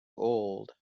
old